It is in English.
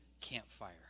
campfire